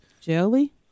Jelly